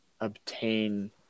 obtain